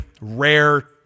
rare